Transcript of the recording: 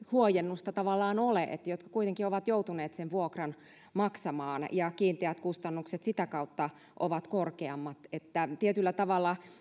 huojennusta tavallaan ole jotka kuitenkin ovat joutuneet sen vuokran maksamaan ja kiinteät kustannukset sitä kautta ovat korkeammat eli tietyllä tavalla